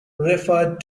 referred